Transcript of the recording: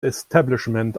establishment